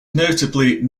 notably